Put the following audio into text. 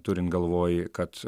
turint galvoj kad